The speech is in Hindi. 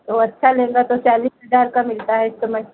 तो अच्छा लहंगा तो चालिस हजार का मिलता है इस समय